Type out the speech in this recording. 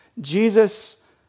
Jesus